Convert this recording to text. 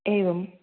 एवम्